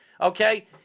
Okay